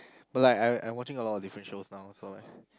but like I I watching a lot of different shows now so I